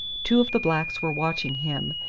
two of the blacks were watching him,